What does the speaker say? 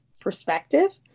perspective